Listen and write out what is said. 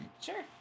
Sure